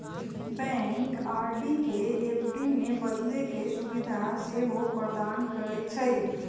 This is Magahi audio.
बैंक आर.डी के ऐफ.डी में बदले के सुभीधा सेहो प्रदान करइ छइ